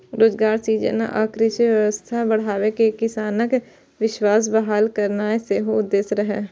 रोजगार सृजन आ कृषि अर्थव्यवस्था बढ़ाके किसानक विश्वास बहाल करनाय सेहो उद्देश्य रहै